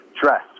dress